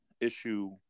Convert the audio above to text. issue